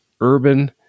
Urban